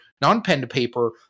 non-pen-to-paper